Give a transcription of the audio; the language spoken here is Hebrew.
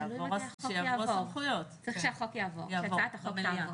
צריך שהצעת החוק תעבור.